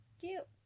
cute